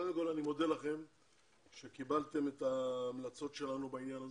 קודם כל אני מודה לכם שקיבלתם את ההמלצות שלנו בעניין הזה.